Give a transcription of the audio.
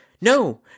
No